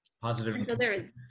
positive